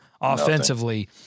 offensively